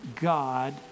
God